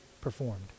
performed